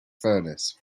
furnace